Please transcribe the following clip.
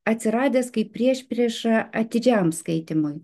atsiradęs kaip priešprieša atidžiam skaitymui